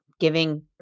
giving